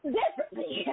differently